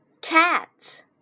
Cat